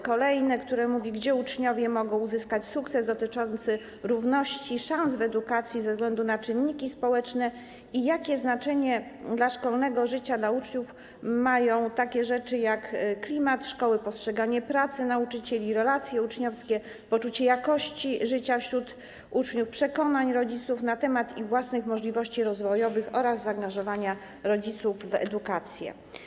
Kolejny mówi o tym, gdzie uczniowie mogą uzyskać sukces dotyczący równości szans w edukacji ze względu na czynniki społeczne, i o tym, jakie znaczenie dla szkolnego życia, dla uczniów mają takie rzeczy, jak klimat szkoły, postrzeganie pracy nauczycieli, relacje uczniowskie, poczucie jakości życia uczniów, przekonania rodziców na temat własnych możliwości rozwojowych dzieci oraz zaangażowanie rodziców w edukację.